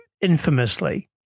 infamously